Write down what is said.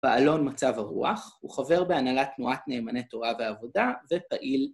בעלון מצב הרוח, הוא חבר בהנהלה תנועת נאמני תורה ועבודה, ופעיל